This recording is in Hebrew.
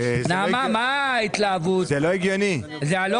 זה לא הגיוני.